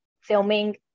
filming